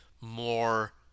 more